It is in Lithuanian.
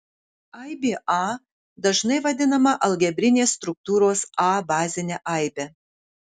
aibė a dažnai vadinama algebrinės struktūros a bazine aibe